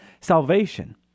salvation